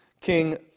King